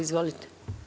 Izvolite.